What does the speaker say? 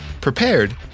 prepared